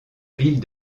ville